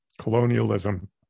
colonialism